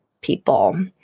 people